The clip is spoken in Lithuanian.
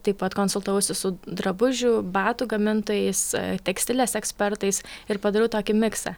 taip pat konsultavausi su drabužių batų gamintojais tekstilės ekspertais ir padariau tokį miksą